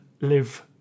live